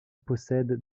possède